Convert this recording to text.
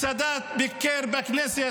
כשסאדאת ביקר בכנסת.